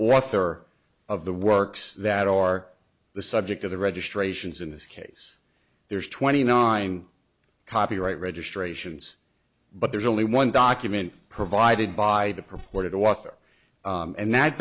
or third of the works that are the subject of the registrations in this case there's twenty nine copyright registrations but there's only one document provided by the purported author and that